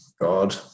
God